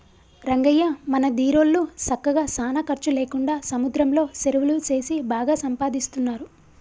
రంగయ్య మన దీరోళ్ళు సక్కగా సానా ఖర్చు లేకుండా సముద్రంలో సెరువులు సేసి బాగా సంపాదిస్తున్నారు